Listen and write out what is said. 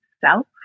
self